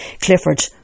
Clifford